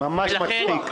ממש מצחיק.